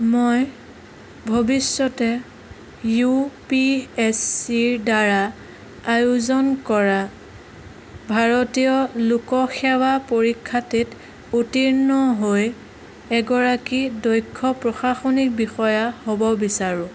মই ভৱিষ্যতে উই পি এছ ছিৰ দ্বাৰা আয়োজন কৰা ভাৰতীয় লোকসেৱা পৰীক্ষাটিত উত্তীৰ্ণ হৈ এগৰাকী দক্ষ প্ৰশাসনিক বিষয়া হ'ব বিচাৰোঁ